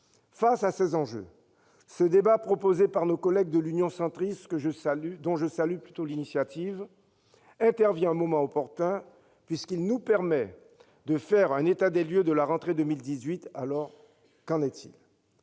Face à ces enjeux, le débat proposé par nos collègues de l'Union Centriste, dont je salue l'initiative, intervient à un moment opportun, puisqu'il nous permet de faire un état des lieux de la rentrée 2018. Qu'en est-il ?